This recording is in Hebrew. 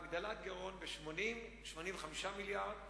להגדלת גירעון ב-80 85 מיליארד שקל,